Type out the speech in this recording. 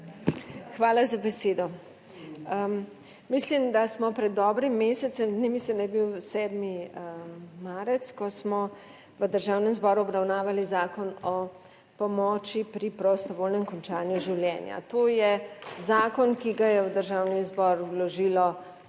Hvala za besedo. Mislim, da smo pred dobrim mesecem dni, mislim, da je bil 7. marec, ko smo v Državnem zboru obravnavali Zakon o pomoči pri prostovoljnem končanju življenja; to je zakon, ki ga je v Državni zbor vložilo